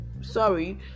sorry